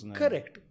correct